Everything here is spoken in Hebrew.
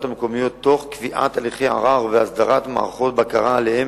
המקומיות תוך קביעת הליכי ערר והסדרת מערכות בקרה עליהן